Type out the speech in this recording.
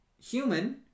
human